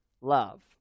love